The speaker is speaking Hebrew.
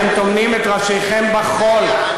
אתם טומנים את ראשכם בחול.